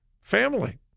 family